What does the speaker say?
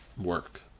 work